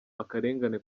akarengane